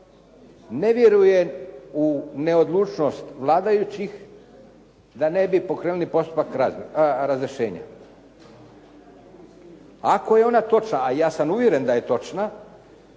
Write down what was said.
ne vjerujem u neodlučnost vladajućih da ne bi pokrenuli postupak razrješenja. Ako je ona točna, a ja sam uvjeren da je točna,